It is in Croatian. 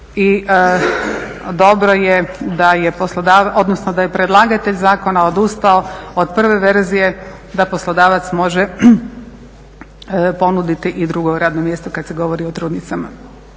I dobro je da je predlagatelj zakona odustao od prve verzije da poslodavac može ponuditi i drugo radno mjesto kad se govori o trudnicama.